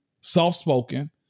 soft-spoken